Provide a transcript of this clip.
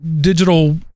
digital